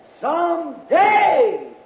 someday